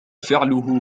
فعله